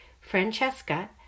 Francesca